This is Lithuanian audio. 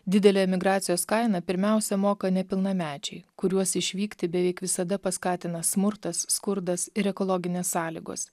didelę emigracijos kainą pirmiausia moka nepilnamečiai kuriuos išvykti beveik visada paskatina smurtas skurdas ir ekologinės sąlygos